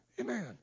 Amen